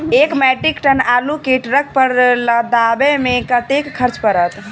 एक metric ton आलु केँ ट्रक पर लदाबै मे कतेक खर्च पड़त?